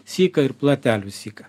syką ir platelių syką